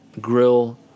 grill